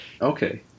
Okay